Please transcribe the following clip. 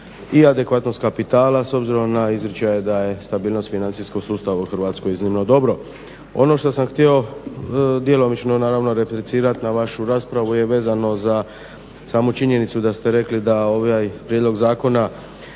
i adekvatnost kapitala s obzirom na izričaj da je stabilnost u financijskom sustavu u Hrvatskoj iznimno dobar. Ono što sam htio djelomično replicirati na vašu raspravu je vezano za samu činjenicu da ste rekli da ovaj prijedlog zakona